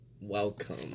Welcome